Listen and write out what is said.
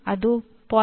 ಅದು 0